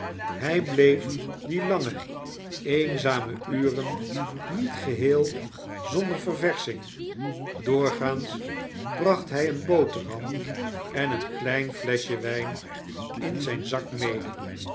hij bleef die lange eenzame uren niet gcheel zonder verversching doorgaans bracht hij een boterham en een klein fleschje wijn in zijn zak mede